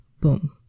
Boom